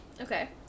okay